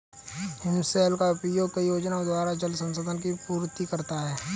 हिमशैल का उपयोग कई योजनाओं द्वारा जल संसाधन की पूर्ति करता है